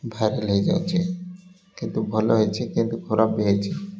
viral ହେଇଯାଉଛି କିନ୍ତୁ ଭଲ ହେଇଛି କିନ୍ତୁ ଖରାପ ବି ହେଇଛି